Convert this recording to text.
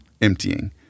emptying